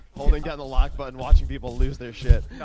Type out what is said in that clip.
holding down the lock button, watching people lose their shit. yeah